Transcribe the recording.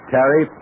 Terry